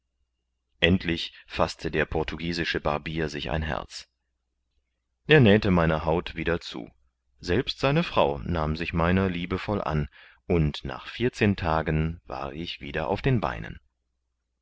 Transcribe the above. endlich faßte der portugiesische barbier sich ein herz er nähte meine haut wieder zu selbst seine frau nahm sich meiner liebevoll an und nach vierzehn tagen war ich wieder auf den beinen